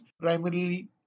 primarily